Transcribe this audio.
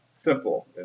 Simple